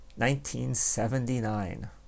1979